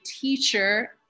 teacher